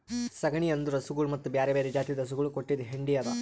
ಸಗಣಿ ಅಂದುರ್ ಹಸುಗೊಳ್ ಮತ್ತ ಬ್ಯಾರೆ ಬ್ಯಾರೆ ಜಾತಿದು ಹಸುಗೊಳ್ ಕೊಟ್ಟಿದ್ ಹೆಂಡಿ ಅದಾ